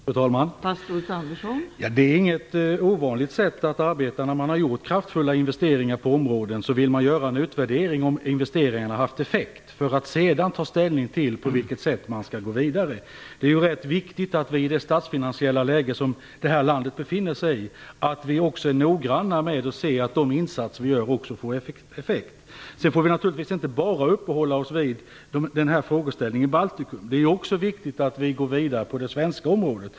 Fru talman! Detta är inget ovanligt sätt att arbeta. När man har gjort kraftfulla investeringar på olika områden vill man göra en utvärdering om investeringarna har haft effekt, för att sedan ta ställning till på vilket sätt man skall gå vidare. Det är ju ganska viktigt att vi i det statsfinansiella läge som det här landet befinner sig i också är noggranna med att se till att de insatser vi gör också får effekt. Sedan får vi naturligtvis inte bara uppehålla oss vid frågeställningen när det gäller Baltikum. Det är ju också viktigt att vi går vidare på det svenska området.